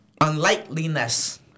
unlikeliness